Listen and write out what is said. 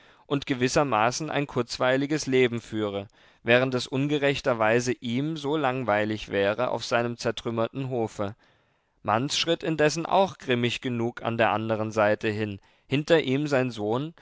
und gewissermaßen ein kurzweiliges leben führe während es ungerechterweise ihm so langweilig wäre auf seinem zertrümmerten hofe manz schritt indessen auch grimmig genug an der andern seite hin hinter ihm sein sohn